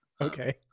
Okay